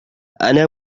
أنا